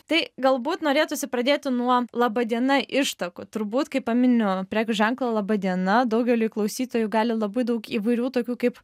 tai galbūt norėtųsi pradėti nuo laba diena ištakų turbūt kai paminiu prekių ženklą laba diena daugeliui klausytojų gali labai daug įvairių tokių kaip